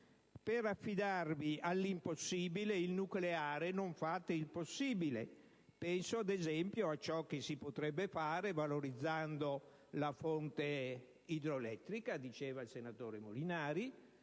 Per affidarvi all'impossibile (il nucleare) non fate il possibile. Penso ad esempio a ciò che si potrebbe fare valorizzando la fonte idroelettrica, di cui parlava il senatore Molinari,